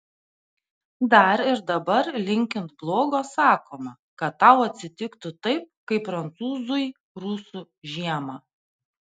dar ir dabar linkint blogo sakoma kad tau atsitiktų taip kaip prancūzui rusų žiemą